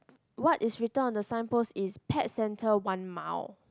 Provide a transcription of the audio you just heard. what is written on the sign post is pet centre one mile